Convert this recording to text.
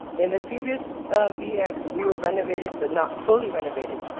in the previous bex we were renovated but not fully renovated.